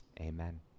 Amen